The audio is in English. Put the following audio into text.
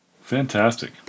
Fantastic